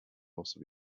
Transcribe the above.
also